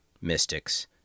mystics